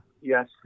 Yes